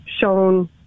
shown